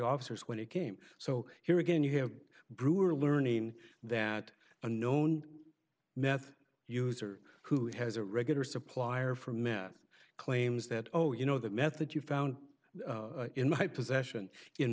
officers when it came so here again you have brewer learning that unknown meth user who has a regular supplier for meth claims that oh you know the method you found in my possession in